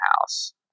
house